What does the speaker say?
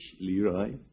Leroy